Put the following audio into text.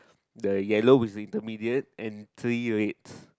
the yellow is intermediate and three reds